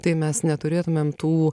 tai mes neturėtumėm tų